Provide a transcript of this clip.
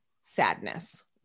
sadness